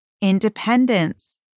independence